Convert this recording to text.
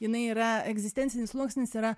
jinai yra egzistencinis sluoksnis yra